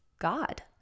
God